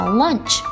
lunch